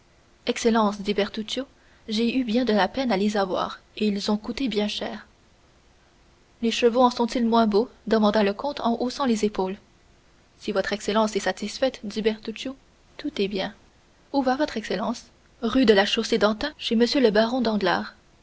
dit bertuccio j'ai eu bien de la peine à les avoir et ils ont coûté bien cher les chevaux en sont-ils moins beaux demanda le comte en haussant les épaules si votre excellence est satisfaite dit bertuccio tout est bien où va votre excellence rue de la chaussée-d'antin chez m le baron danglars